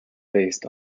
based